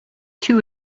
two